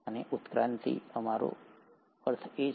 અને ઉત્ક્રાંતિનો અમારો અર્થ શું છે